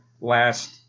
last